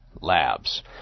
Labs